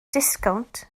disgownt